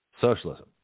socialism